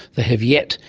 ah have yet,